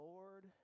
Lord